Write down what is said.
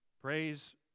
Praise